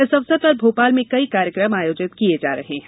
इस अवसर पर भोपाल में कई कार्यक्रम आयोजित किये जा रहे हैं